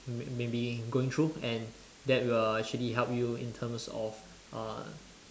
may may be going through and that will actually help you in terms of uh